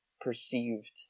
perceived